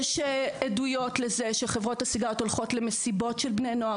יש עדויות לזה שחברות הסיגריות הולכות למסיבות של בני נוער,